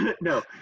No